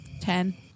Ten